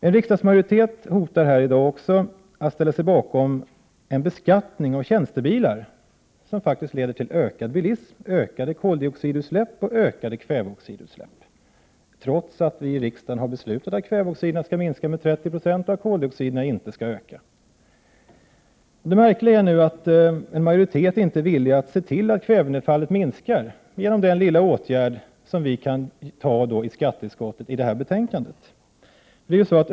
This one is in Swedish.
En riksdagsmajoritet hotar att i dag ställa sig bakom en beskattning av tjänstebilar, något som faktiskt leder till ökad bilism, ökade koldioxidutsläpp och ökade kväveoxidutsläpp, trots att vi i riksdagen har beslutat att kväveoxiderna skall minska med 30 96 och att koldioxiderna inte skall öka. Det märkliga nu är att en majoritet inte är villig att se till att kvävenedfallet minskar genom den lilla åtgärd som det står i skatteutskottets betänkande att vi kan vidta.